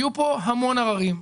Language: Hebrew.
יהיו פה המון עררים,